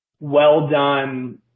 well-done